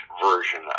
version